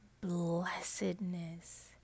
blessedness